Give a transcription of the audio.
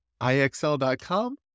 IXL.com